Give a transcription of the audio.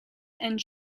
and